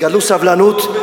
גלו סבלנות,